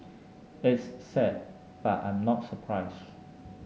it's sad but I'm not surprised